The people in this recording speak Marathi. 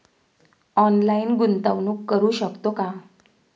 ऑनलाइन गुंतवणूक करू शकतो का?